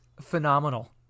phenomenal